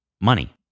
money